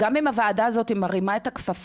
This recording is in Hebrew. גם אם הוועדה היא זאת שמרימה את הכפפה